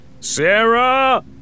Sarah